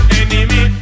enemy